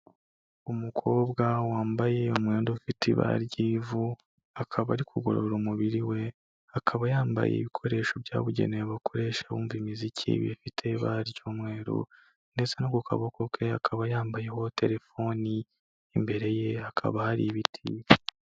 Umukobwa wambaye umwenda ufite ibara ry'ivu akaba ari kugorora umubiri we, akaba yambaye ibikoresho byabugenewe bakoresha bumva imiziki bifite ibara ry'umweru ndetse no ku kaboko ke akaba yambayeho telefoni, imbere ye hakaba hari ibiti.